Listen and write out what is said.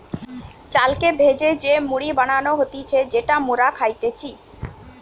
চালকে ভেজে যে মুড়ি বানানো হতিছে যেটা মোরা খাইতেছি